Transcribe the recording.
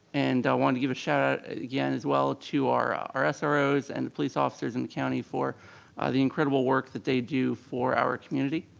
and i want to give a shout out again as well to our ah our ah sros and police officers in the county for the incredible work that they do for our community.